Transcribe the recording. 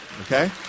Okay